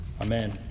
Amen